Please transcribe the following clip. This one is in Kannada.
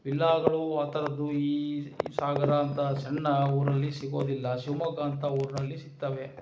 ವಿಲ್ಲಾಗಳು ಆ ಥರದ್ದು ಈ ಈ ಸಾಗರ ಅಂತ ಸಣ್ಣ ಊರಲ್ಲಿ ಸಿಗೋದಿಲ್ಲ ಶಿವಮೊಗ್ಗ ಅಂಥ ಊರಿನಲ್ಲಿ ಸಿಗ್ತಾವೆ